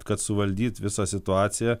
kad suvaldyt visą situaciją